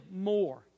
more